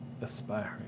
aspiring